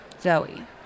Zoe